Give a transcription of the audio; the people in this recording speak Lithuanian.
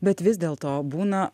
bet vis dėlto būna